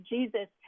Jesus